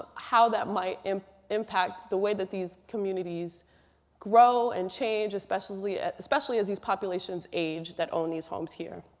how that might um impact the way that these communities grow and change, especially especially as these populations age that own these homes here.